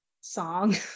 song